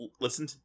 listen